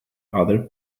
other